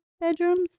bedrooms